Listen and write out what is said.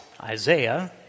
Isaiah